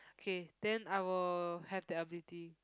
K then I will have that ability